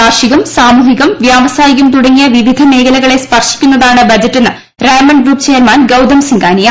കാർഷികം സാമൂഹികം വ്യാവസായികം തുടങ്ങിയ വിവിധ മേഖലകളെ സ്പർശിക്കുന്നതാണ് ബജറ്റെന്ന് റയ്മണ്ട് ഗ്രൂപ്പ് ചെയർമാൻ ഗൌതം സിംഗാനിയ